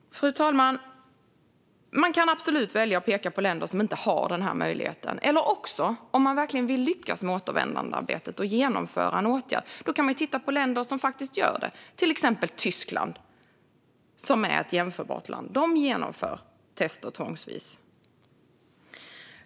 Fru talman! Man kan absolut välja att peka på länder som inte har den här möjligheten, eller så kan man - om man verkligen vill lyckas med återvändandearbetet och genomföra åtgärder - titta på länder som faktiskt gör detta, till exempel Tyskland, som är ett jämförbart land. De genomför tester tvångsvis.